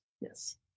Yes